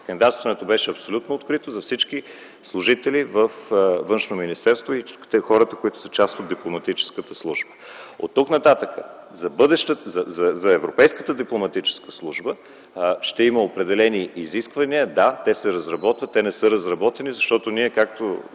Кандидатстването беше абсолютно открито за всички служители във Външното министерство и хората, които са част от дипломатическата служба. Оттук нататък за европейската дипломатическа служба ще има определени изисквания. Да, те се разработват. Те не са разработени, защото ние, както